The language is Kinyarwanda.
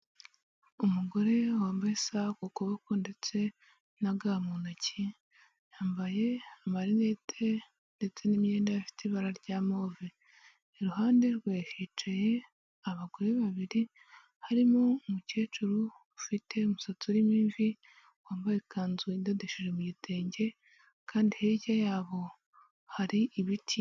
Umugore we wambaye isaha ku kuboko ndetse na ga mu ntoki, yambaye marinete ndetse n'imyenda ifite ibara rya move, iruhande rwe hicaye abagore babiri harimo umukecuru ufite umusatsi urimo imvi wambaye ikanzu idodesheje mu gitenge kandi hirya yabo hari ibiti.